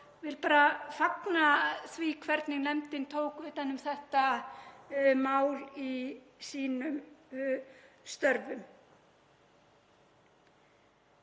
vil bara fagna því hvernig nefndin tók utan um þetta mál í sínum störfum.